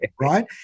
right